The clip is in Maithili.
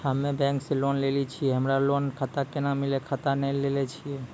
हम्मे बैंक से लोन लेली छियै हमरा लोन खाता कैना मिलतै खाता नैय लैलै छियै?